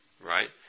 right